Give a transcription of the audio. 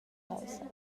caussa